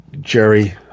Jerry